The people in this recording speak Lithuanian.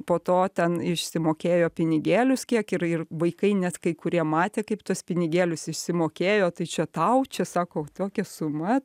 po to ten išsimokėjo pinigėlius kiek ir ir vaikai net kai kurie matė kaip tuos pinigėlius išsimokėjo tai čia tau čia sako tokia suma